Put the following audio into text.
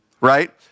right